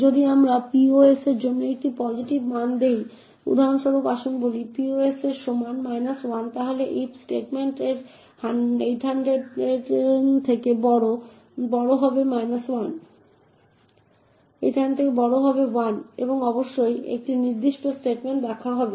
যদি আমরা pos এর জন্য একটি পসিটিভ মান দেই উদাহরণস্বরূপ আসুন বলি pos এর সমান 1 তাহলে এই if স্টেটমেন্ট এর 800 এর থেকে বেশি 1 হবে এবং অবশ্যই এই নির্দিষ্ট স্টেটমেন্ট মিথ্যা হবে